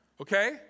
Okay